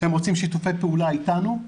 הם רוצים שיתופי פעולה איתנו.